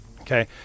Okay